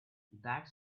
that